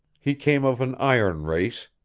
he came of an iron race,